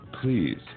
Please